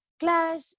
class